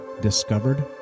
discovered